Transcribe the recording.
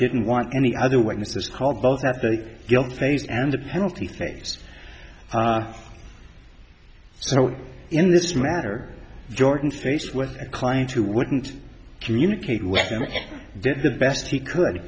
didn't want any other witnesses called both at the guilt phase and the penalty phase so in this matter jordan faced with a client who wouldn't communicate with him did the best he could